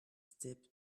step